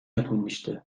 yapılmıştı